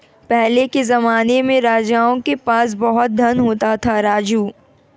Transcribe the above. पहले के जमाने में राजाओं के पास बहुत धन होता था, राजू